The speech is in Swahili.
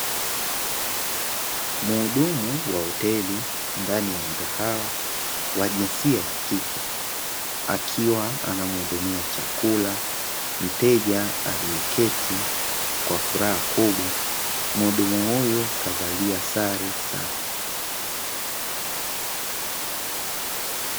Mhudumu wa hoteli ndani ya mgahawa wa jinsia ya kike, akiwa anamhudumia chakula mteja aliyeketi kwa furaha kubwa. Mhudumu huyu kavalia sare safi.